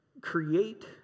create